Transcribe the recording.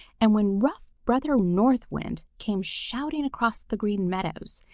and when rough brother north wind came shouting across the green meadows,